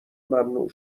ممنوع